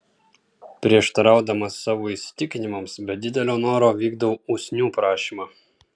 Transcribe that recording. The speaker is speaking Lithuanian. prieštaraudamas savo įsitikinimams be didelio noro vykdau usnių prašymą